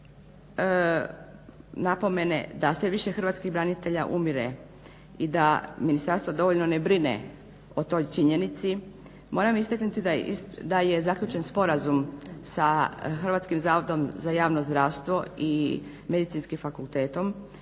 hrvatskih branitelja umire i da ministarstvo dovoljno ne brine o toj činjenici, moramo istaknuti da je zaključen sporazum sa Hrvatskim zavodom